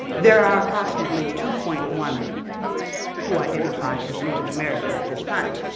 there are approximately two point one who identify as native american at this time.